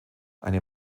eine